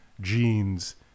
jeans